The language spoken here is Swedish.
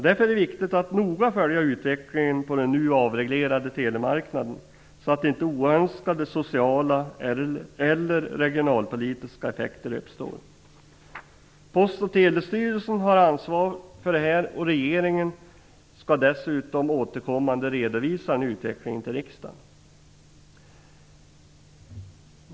Därför är det viktigt att noga följa utvecklingen på den nu avreglerade telemarknaden, så att inte oönskade sociala eller regionalpolitiska effekter uppstår. Post och telestyrelsen har ansvar för det här, och regeringen skall dessutom återkommande redovisa en utveckling till riksdagen.